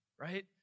right